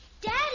Daddy